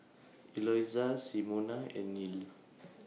Eloisa Simona and Neal